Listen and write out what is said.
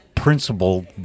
Principle